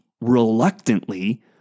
reluctantly